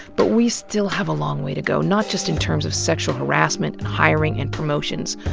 but we still have a long way to go, not just in terms of sexual harassment and hiring and promotions,